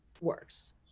works